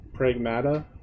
Pragmata